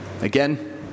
again